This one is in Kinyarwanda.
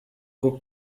bwo